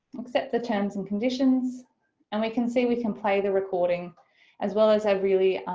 accept the terms and conditions and we can see we can play the recording as well as a really